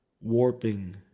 warping